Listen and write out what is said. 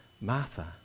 Martha